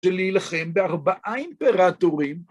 שלהילחם בארבעה אימפרטורים.